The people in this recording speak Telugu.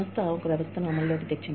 సంస్థ ఒక వ్యవస్థను అమల్లోకి తెచ్చింది